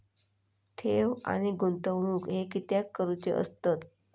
ठेव आणि गुंतवणूक हे कित्याक करुचे असतत?